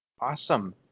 Awesome